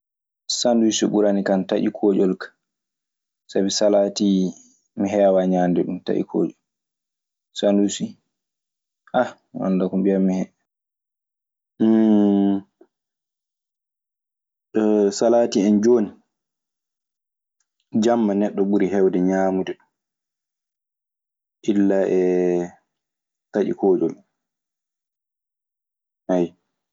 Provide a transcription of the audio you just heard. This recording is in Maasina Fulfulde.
Sannduusi ɓuranikan taƴi kooƴol kaa, sabi salaati mi heewaa ñaande ɗun taƴi kooƴol. Sannduuci, min anndaa ko mbiyammi hen. Salaati en jooni, jamma neɗɗo ɓuri heewde ñaamde illa e taƴi kooƴol.